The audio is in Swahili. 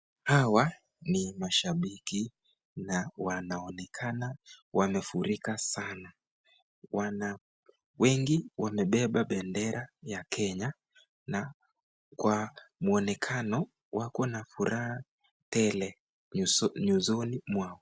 Hawa ni mashabiki na wanaonekana wamefurika sana, wengi wamebeba bendera ya Kenya, na kwa muonekano wako na furaha tele nyusoni mwao.